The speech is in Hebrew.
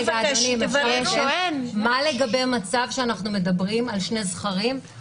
אדוני, מה לגבי מצב שאנחנו מדברים על שני זכרים?